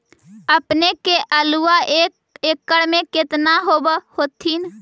अपने के आलुआ एक एकड़ मे कितना होब होत्थिन?